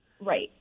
Right